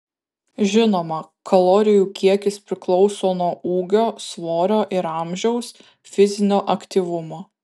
žinoma kalorijų kiekis priklauso nuo ūgio svorio ir amžiaus fizinio aktyvumo